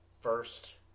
First